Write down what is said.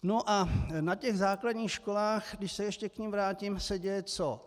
No a na základních školách, když se ještě k tomu vrátím, se děje co?